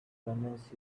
convince